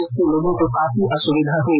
जिससे लोगों को काफी असुविधा हुई